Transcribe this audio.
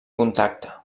contacte